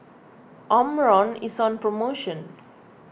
Omron is on promotion